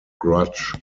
grudge